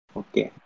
okay